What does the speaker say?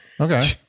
okay